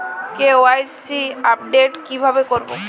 KYC update কিভাবে করবো?